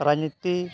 ᱨᱟᱡᱽᱱᱤᱛᱤ